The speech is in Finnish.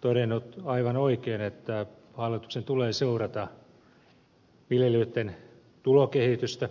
todennut aivan oikein että hallituksen tulee seurata viljelijöitten tulokehitystä